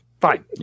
fine